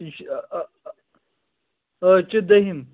یہِ چھُ آز چھُ دٔہِم